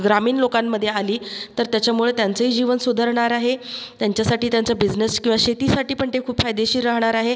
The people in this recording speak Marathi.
ग्रामीण लोकांमधे आली तर त्याच्यामुळे त्यांचंही जीवन सुधारणार आहे त्यांच्यासाठी त्यांचा बिझनेस किंवा शेतीसाठीपण ते खूप फायदेशीर राहणार आहे